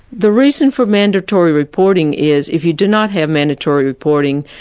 the reason for mandatory reporting is if you do not have mandatory reporting,